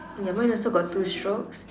yeah mine also got two strokes